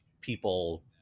people